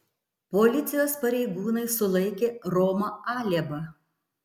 policijos pareigūnai sulaikė romą alėbą